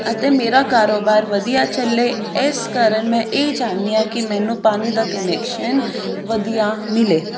ਅਤੇ ਮੇਰਾ ਕਾਰੋਬਾਰ ਵਧੀਆ ਚੱਲੇ ਇਸ ਕਾਰਨ ਮੈਂ ਇਹ ਚਾਹੁੰਦੀ ਹਾਂ ਕਿ ਮੈਨੂੰ ਪਾਣੀ ਦਾ ਕਨੈਕਸ਼ਨ ਵਧੀਆ ਮਿਲੇ